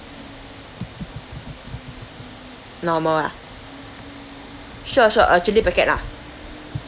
normal ah sure sure uh chilli packet ah